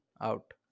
out